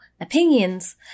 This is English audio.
opinions